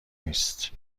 نیست